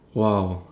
!wow!